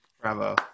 Bravo